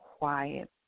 quiet